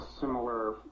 similar